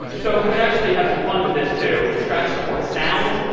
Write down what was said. so we can actually have some fun with this, too. scratch support sounds.